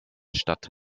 statt